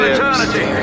Eternity